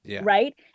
right